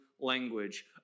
language